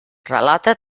relata